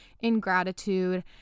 ingratitude